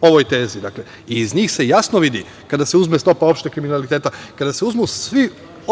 ovoj tezi i iz njih se jasno vidi, kada se uzme stopa opšteg kriminaliteta, kada se uzmu svi